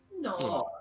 No